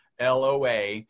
loa